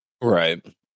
Right